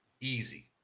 easy